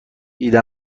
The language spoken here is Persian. ایده